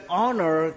honor